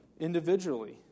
individually